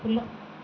ଫୁଲ